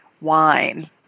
wine